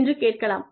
என்று கேட்கலாம்